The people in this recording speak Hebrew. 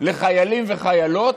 לחיילים וחיילות,